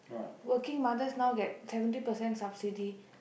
working mothers now get seventy percent subsidy